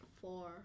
four